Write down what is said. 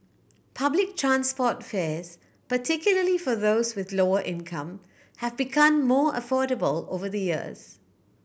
public transport fares particularly for those with lower income have become more affordable over the years